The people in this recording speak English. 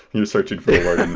you're searching forward